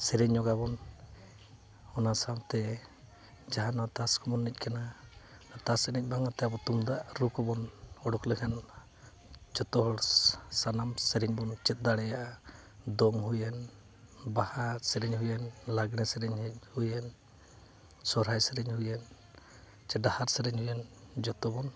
ᱥᱮᱨᱮᱧ ᱧᱚᱜᱼᱟ ᱵᱚᱱ ᱚᱱᱟ ᱥᱟᱶᱛᱮ ᱡᱟᱦᱟᱸ ᱱᱚᱣᱟ ᱛᱟᱥ ᱠᱚᱵᱚᱱ ᱮᱱᱮᱡ ᱠᱟᱱᱟ ᱛᱟᱥ ᱮᱱᱮᱡ ᱵᱟᱝ ᱠᱟᱛᱮᱫ ᱟᱵᱚ ᱛᱩᱢᱫᱟᱜ ᱨᱩ ᱠᱚᱵᱚᱱ ᱚᱰᱳᱠ ᱞᱮᱠᱷᱟᱱ ᱡᱚᱛᱚ ᱦᱚᱲ ᱥᱟᱱᱟᱢ ᱥᱮᱨᱮᱧ ᱵᱚᱱ ᱪᱮᱫ ᱫᱟᱲᱮᱭᱟᱜᱼᱟ ᱫᱚᱝ ᱦᱩᱭᱮᱱ ᱵᱟᱦᱟ ᱥᱮᱨᱮᱧ ᱦᱩᱭᱮᱱ ᱞᱟᱜᱽᱲᱮ ᱥᱮᱨᱮᱧ ᱦᱩᱭᱮᱱ ᱥᱚᱨᱦᱟᱭ ᱥᱮᱨᱮᱧ ᱦᱩᱭᱮᱱ ᱥᱮ ᱰᱟᱦᱟᱨ ᱥᱮᱨᱮᱧ ᱦᱩᱭᱮᱱ ᱡᱚᱛᱚ ᱵᱚᱱ